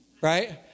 right